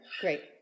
Great